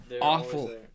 awful